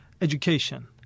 education